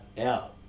out